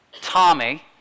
Tommy